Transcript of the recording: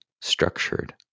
structured